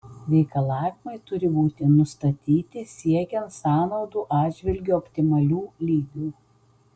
reikalavimai turi būti nustatyti siekiant sąnaudų atžvilgiu optimalių lygių